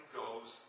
goes